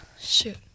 shoot